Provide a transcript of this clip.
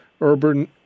urban